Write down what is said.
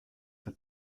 for